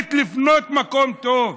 שמסוגלת לבנות מקום טוב.